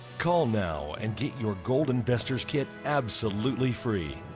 call now and get your gold investors kit absolutely free.